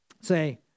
say